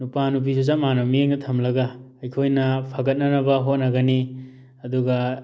ꯅꯨꯄꯥ ꯅꯨꯄꯤꯁꯨ ꯆꯞ ꯃꯥꯟꯅꯕ ꯃꯤꯠꯌꯦꯡꯗ ꯊꯝꯂꯒ ꯑꯩꯈꯣꯏꯅ ꯐꯒꯠꯅꯅꯕ ꯍꯣꯠꯅꯒꯅꯤ ꯑꯗꯨꯒ